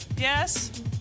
Yes